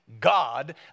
God